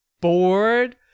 bored